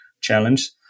challenge